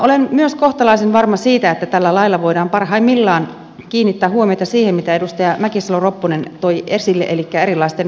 olen myös kohtalaisen varma siitä että tällä lailla voidaan parhaimmillaan kiinnittää huomiota siihen mitä edustaja mäkisalo ropponen toi esille elikkä erilaisten oppijoiden tarpeisiin